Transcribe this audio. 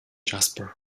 jasper